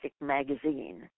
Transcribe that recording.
Magazine